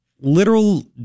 literal